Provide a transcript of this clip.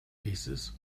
pieces